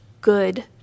good